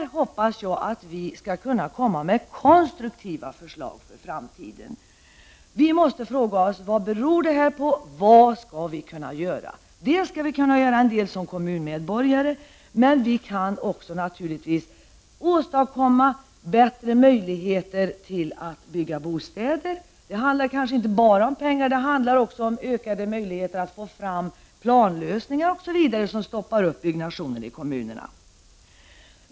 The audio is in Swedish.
Jag hoppas att vi skall kunna komma med konstruktiva förslag inför framtiden. Vi måste fråga oss vad det här beror på och vad vi kan göra. Vi kan först och främst göra en del som kommunmedborgare. Vi kan naturligtvis också se till att åstadkomma bättre möjligheter för bostadsbyggande. Det handlar kanske inte bara om pengar, utan om ökade möjlig heter att få fram planlösningar och annat som stoppar upp byggandet i kommunerna.